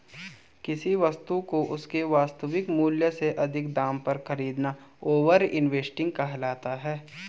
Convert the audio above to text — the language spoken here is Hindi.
किसी वस्तु को उसके वास्तविक मूल्य से अधिक दाम पर खरीदना ओवर इन्वेस्टिंग कहलाता है